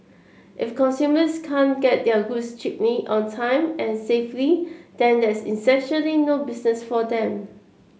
if consumers can't get their goods cheaply on time and safely then there's essentially no business for them